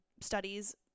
studies